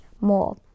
more